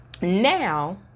Now